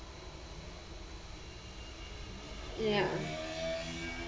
ya